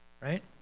right